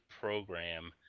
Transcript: program